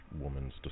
woman's